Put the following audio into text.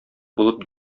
булып